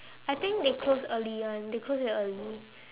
I think they close early [one] they close very early